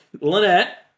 Lynette